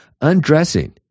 undressing